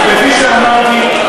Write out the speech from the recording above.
וכפי שאמרתי,